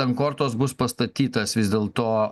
ant kortos bus pastatytas vis dėlto